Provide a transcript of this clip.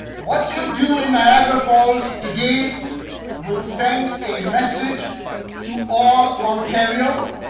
what you do in niagara falls today will send a message to all ontario,